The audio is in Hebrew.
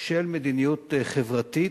של מדיניות חברתית,